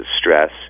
stress